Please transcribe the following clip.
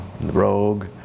Rogue